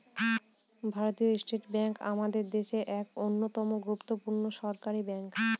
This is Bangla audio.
ভারতীয় স্টেট ব্যাঙ্ক আমাদের দেশের এক অন্যতম গুরুত্বপূর্ণ সরকারি ব্যাঙ্ক